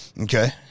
okay